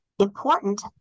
Important